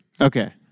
Okay